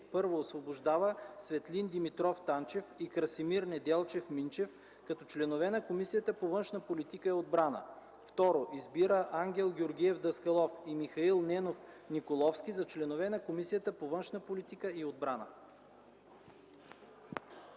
1. Освобождава Светлин Димитров Танчев и Красимир Неделчев Минчев, като членове на Комисията по външна политика и отбрана. 2. Избира Ангел Георгиев Даскалов и Михаил Ненов Николовски за членове на Комисията по външна политика и отбрана.”